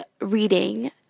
reading